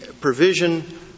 provision